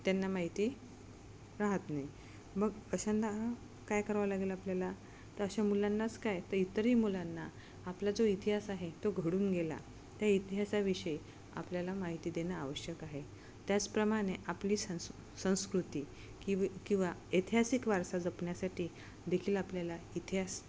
त्यांना माहिती राहत नाही मग अशांना काय करावं लागेल आपल्याला तर अशा मुलांनाच काय तर इतरही मुलांना आपला जो इतिहास आहे तो घडून गेला त्या इतिहासाविषयी आपल्याला माहिती देणं आवश्यक आहे त्याचप्रमाणे आपली संस् संस्कृती किवी किंवा ऐतिहासिक वारसा जपण्यासाठी देखील आपल्याला इतिहास